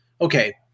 Okay